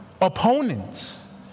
opponents